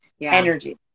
energy